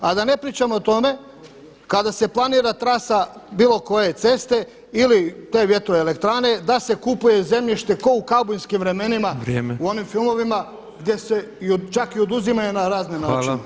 A da ne pričamo o tome kada se planira trasa bilo koje ceste ili te vjetroelektrane da se kupuje zemljište kao u kaubojskim vremenima, u onim filmovima gdje se čak i oduzimaju na razne načine.